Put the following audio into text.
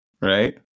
right